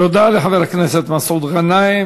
תודה לחבר הכנסת מסעוד גנאים.